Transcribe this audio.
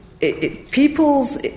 people's